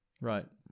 Right